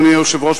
אדוני היושב-ראש,